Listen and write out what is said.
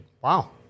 Wow